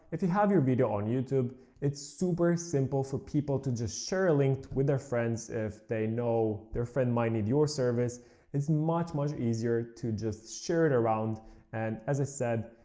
if you have your video on youtube it's super simple for people to just share a link with their friends, if they know their friend might need your service it's much much easier to just share it around and as i said,